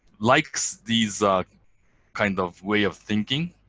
likes these kind of way of thinking.